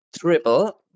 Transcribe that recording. triple